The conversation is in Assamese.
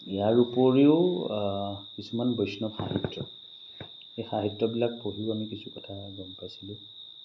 ইয়াৰ উপৰিও কিছুমান বৈষ্ণৱ সাহিত্য এই সাহিত্যবিলাক পঢ়িও আমি কিছু কথা গম পাইছিলোঁ